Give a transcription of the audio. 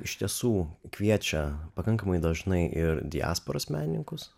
iš tiesų kviečia pakankamai dažnai ir diasporos menininkus